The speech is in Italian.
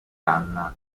anna